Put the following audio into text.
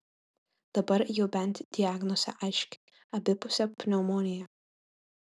dabar jau bent diagnozė aiški abipusė pneumonija